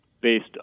based